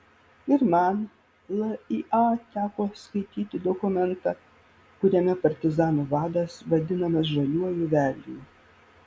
ir man lya teko skaityti dokumentą kuriame partizanų vadas vadinamas žaliuoju velniu